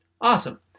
Awesome